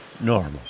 normal